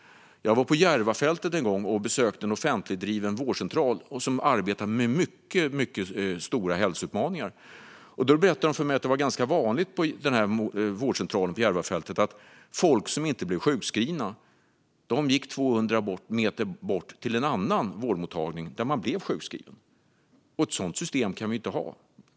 Jag var på Järvafältet en gång och besökte en offentligt driven vårdcentral och som arbetade med mycket stora hälsoutmaningar. De berättade för mig att det var ganska vanligt på den vårdcentralen att folk som inte blev sjukskrivna gick 200 meter till en annan vårdmottagning där man blev sjukskriven. Ett sådant system kan vi inte ha.